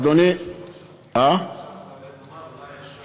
זה הכי מעניין.